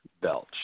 belch